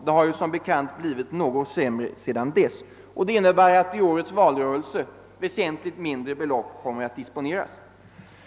Det har som bekant blivit något sämre sedan dess, och det innebär att i årets valrörelse väsentligt mindre belopp kommer att disponeras.